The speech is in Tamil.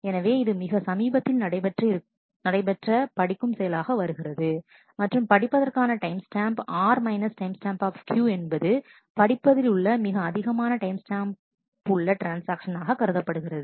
எனவே இது மிக சமீபத்தில் நடைபெற்ற படிக்கும் செயலாக வருகிறது மற்றும் படிப்பதற்கான டைம் ஸ்டாம்ப் R timestamp என்பது படிப்பதில் உள்ள மிக அதிகமான டைம் ஸ்டாம்ப் உள்ள ட்ரான்ஸ்ஆக்ஷன் ஆக கருதப்படுகிறது